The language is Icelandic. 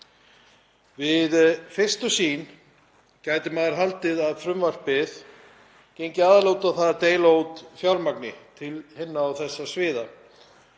Við fyrstu sýn gæti maður haldið að frumvarpið gengi aðallega út á það að deila út fjármagni til hinna og þessara sviða